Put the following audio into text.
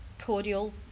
cordial